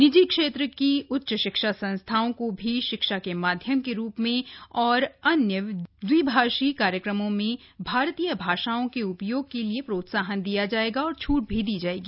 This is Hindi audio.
निजी क्षेत्र की उच्च शिक्षा संस्थाओं को भी शिक्षा के माध्यम के रूप में और अन्य दविभाषी कार्यक्रमों में भारतीय भाषाओं के उपयोग के लिए प्रोत्साहन दिया जाएगा और छूट दी जाएगी